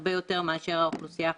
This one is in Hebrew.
הרבה יותר מאשר האוכלוסייה החילונית.